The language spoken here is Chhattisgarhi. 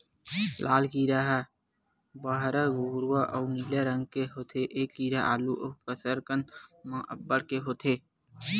लाल कीरा ह बहरा भूरवा अउ नीला रंग के होथे ए कीरा आलू अउ कसरकंद म अब्बड़ के होथे